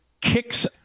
Kicks